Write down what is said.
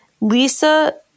Lisa